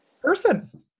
person